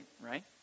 right